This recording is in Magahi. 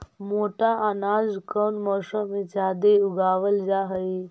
मोटा अनाज कौन मौसम में जादे उगावल जा हई?